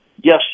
yes